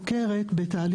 המספרים האלה הם בעצם